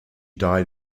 died